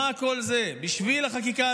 תסבירו לציבור למה זה כל כך